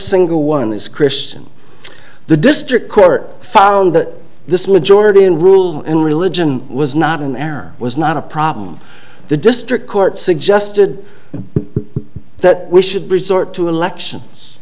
single one is christian the district court found this majority rule and religion was not an error was not a problem the district court suggested that we should resort to elections